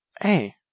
Hey